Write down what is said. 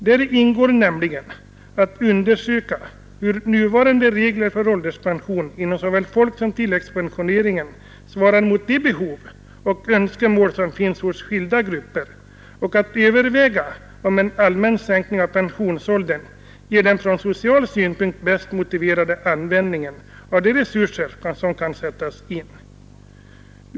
Däri ingår nämligen att undersöka hur nuvarande regler för ålderspension inom såväl folksom tilläggspensioneringen svarar mot de behov och önskemål som finns hos skilda grupper och att överväga om en allmän sänkning av pensionsåldern ger den från social synpunkt bäst motiverade användningen av de resurser som kan sättas in.